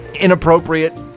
inappropriate